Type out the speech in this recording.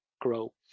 grow